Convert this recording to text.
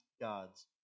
God's